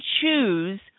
choose